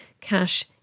cash